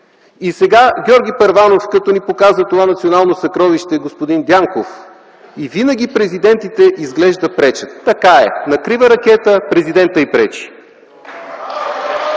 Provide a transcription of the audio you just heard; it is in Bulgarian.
и сега Георги Първанов като ни показа това национално съкровище господин Дянков и винаги президентите изглежда пречат. Така е: „На крива ракета президента й пречи”.